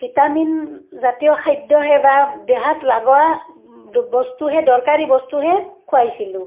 ভিটামিনজাতীয় খাদ্যহে বা দেহাত লাগা বস্তুহে দৰকাৰী বস্তুহে খুৱাইছিলোঁ